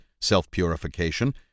self-purification